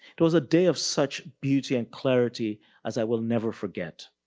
it was a day of such beauty and clarity as i will never forget.